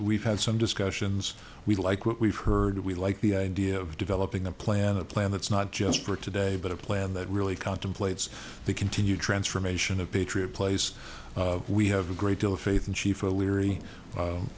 we've had some discussions we like what we've heard we like the idea of developing a plan a plan that's not just for today but a plan that really contemplates the continued transformation of patriot place we have a great deal of faith in schieffer leery